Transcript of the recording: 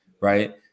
right